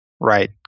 Right